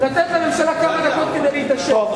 לתת לממשלה כמה דקות כדי להתעשת.